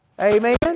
Amen